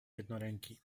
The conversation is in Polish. jednoręki